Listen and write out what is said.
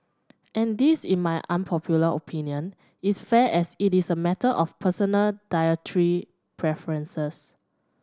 and this in my unpopular opinion is fair as it is a matter of personal dietary preferences